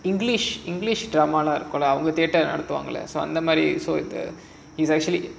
english english drama lah இருக்கும்ல அவங்க: irukkumla avanga theatre நடத்துவங்கள அந்த மாதிரி:nadathuvaangala andha maadhiri